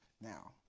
Now